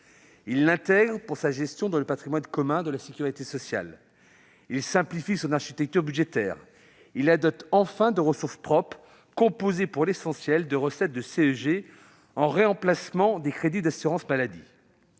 Il en intègre la gestion dans le patrimoine commun de la sécurité sociale ; il simplifie l'architecture budgétaire de la caisse ; il la dote enfin de ressources propres, composées, pour l'essentiel, de recettes de CSG en remplacement des crédits d'assurance maladie.